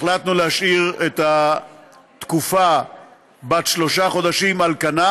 החלטנו להשאיר את התקופה בת שלושת החודשים על כנה,